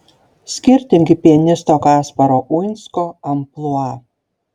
skirtingi pianisto kasparo uinsko amplua